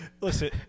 Listen